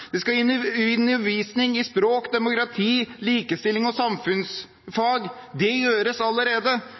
De skal gi undervisning i språk, demokrati, likestilling og samfunnsfag – det gjøres allerede.